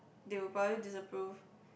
they will probably disapprove